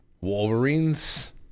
Wolverines